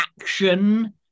action